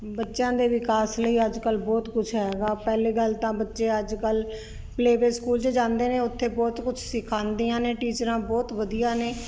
ਬੱਚਿਆਂ ਦੇ ਵਿਕਾਸ ਲਈ ਅੱਜ ਕੱਲ੍ਹ ਬਹੁਤ ਕੁਛ ਹੈਗਾ ਪਹਿਲੀ ਗੱਲ ਤਾਂ ਬੱਚੇ ਅੱਜ ਕੱਲ੍ਹ ਪਲੇ ਵੇ ਸਕੂਲ 'ਚ ਜਾਂਦੇ ਨੇ ਉੱਥੇ ਬਹੁਤ ਕੁਛ ਸਿਖਾਉਂਦੀਆਂ ਨੇ ਟੀਚਰਾਂ ਬਹੁਤ ਵਧੀਆ ਨੇ